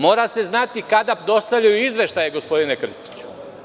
Mora se znati kada dostavljaju izveštaje, gospodine Krstiću.